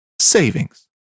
savings